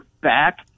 back